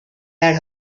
had